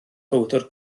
powdr